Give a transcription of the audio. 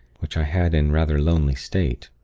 which i had in rather lonely state.